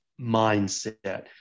mindset